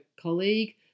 colleague